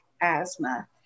asthma